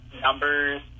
numbers